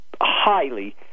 highly